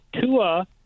Tua